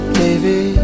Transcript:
baby